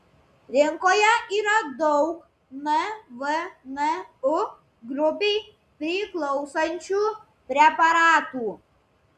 rinkoje yra daug nvnu grupei priklausančių preparatų